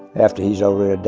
after he's already